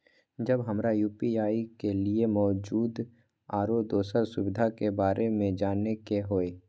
जब हमरा यू.पी.आई के लिये मौजूद आरो दोसर सुविधा के बारे में जाने के होय?